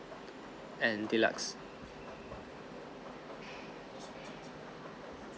and deluxe